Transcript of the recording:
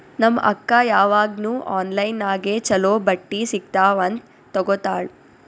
ನಮ್ ಅಕ್ಕಾ ಯಾವಾಗ್ನೂ ಆನ್ಲೈನ್ ನಾಗೆ ಛಲೋ ಬಟ್ಟಿ ಸಿಗ್ತಾವ್ ಅಂತ್ ತಗೋತ್ತಾಳ್